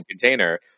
container